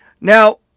Now